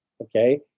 Okay